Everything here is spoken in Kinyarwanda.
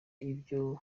ibyo